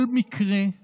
כל מקרה הוא